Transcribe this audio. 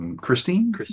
Christine